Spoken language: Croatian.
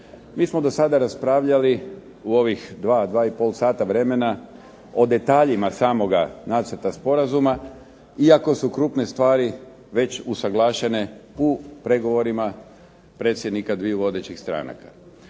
MI smo do sada raspravljali u ovih dva, dva i pol sata vremena o detaljima samoga Nacrta promjena iako su krupne stvari već usuglašene u pregovorima predsjednika dviju vodećih stranaka.